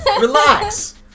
Relax